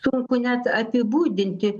sunku net apibūdinti